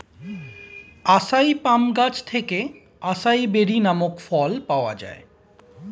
আসাই palm গাছ থেকে acai berry নামক ফল পাওয়া যায়